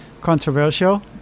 controversial